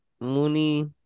Mooney